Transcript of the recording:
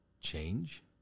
change